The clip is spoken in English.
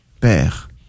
Père